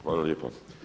Hvala lijepa.